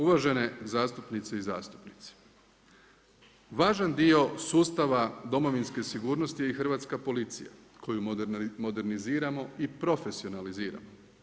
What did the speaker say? Uvažene zastupnice i zastupnici, važan dio sustava Domovinske sigurnosti je i hrvatska policija koju moderniziramo i profesionaliziramo.